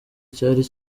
cyari